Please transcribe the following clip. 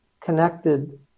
connected